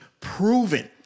proven